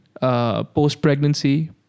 post-pregnancy